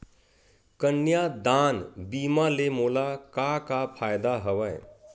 कन्यादान बीमा ले मोला का का फ़ायदा हवय?